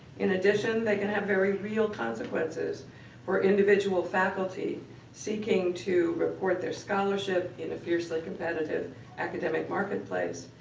in addition, they can have very real consequences for individual faculty seeking to report their scholarship in a fiercely competitive academic marketplace,